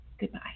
goodbye